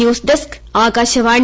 news desk Akashvani